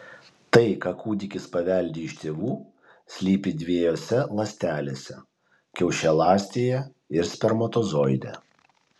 tai ką kūdikis paveldi iš tėvų slypi dviejose ląstelėse kiaušialąstėje ir spermatozoide